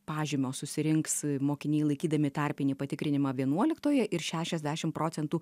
pažymos susirinks mokiniai laikydami tarpinį patikrinimą vienuoliktoje ir šešiasdešim procentų